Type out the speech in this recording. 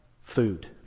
food